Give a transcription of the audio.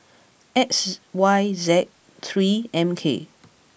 X Y Z three M K